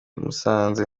musanze